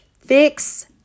Fix